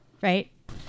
right